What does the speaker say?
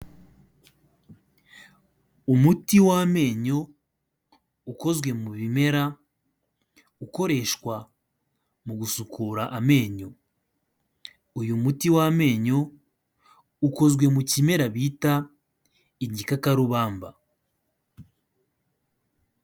Umuti w'amenyo ukozwe mu bimera ukoreshwa mu gusukura amenyo. Uyu muti w'amenyo ukozwe mu kimera bita igikakarubamba.